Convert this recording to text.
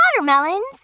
Watermelons